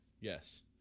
Yes